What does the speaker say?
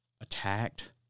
attacked